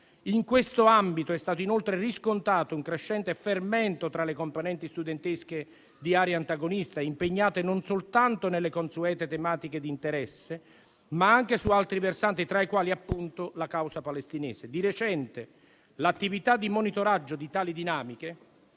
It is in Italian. In questo ambito è stato inoltre riscontrato un crescente fermento tra le componenti studentesche di area antagonista, impegnate non soltanto nelle consuete tematiche di interesse, ma anche in altri versanti, tra i quali la causa palestinese. Di recente l'attività di monitoraggio di tali dinamiche